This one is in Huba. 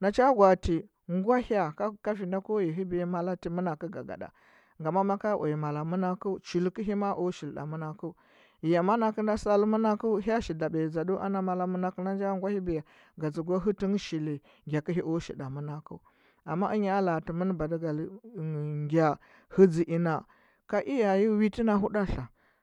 nacha gwaati ngwahya mɚnakɚcha gagaɗa ngama maka uya mala mɚnakɚu chulkɚhi ma o shilos menɚkɚu ya mo nakɚnda bal mɚnakɚu hya shil dabiyadzaɗeu ana mala mɚnakɚ ndanjo ngwahibiya ga dzugwa hɚtɚnghɚ shili ngya kɚhyo a shilɗa mɚnakɚu amma ɚnya a latɚmɚn badɚgal ngya hɚdzɚ ina ka iyaye witɚna hudɚtla.